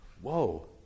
whoa